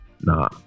nah